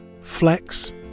Flex